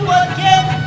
again